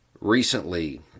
Recently